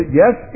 yes